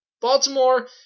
Baltimore